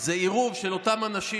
זה עירוב של אנשים,